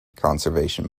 conservation